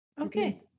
okay